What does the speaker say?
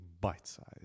bite-sized